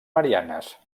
mariannes